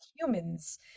humans